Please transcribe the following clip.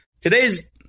today's